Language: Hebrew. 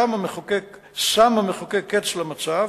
שם המחוקק קץ למצב